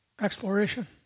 exploration